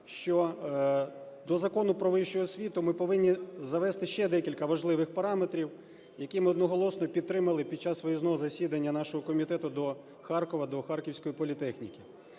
що до Закону "Про вищу освіту" ми повинні завести ще декілька важливих параметрів, які ми одноголосно підтримали під час виїзного засідання нашого комітету до Харкова, до Харківської політехніки.